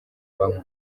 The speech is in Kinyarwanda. mba